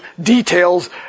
details